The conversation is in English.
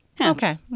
Okay